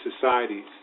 societies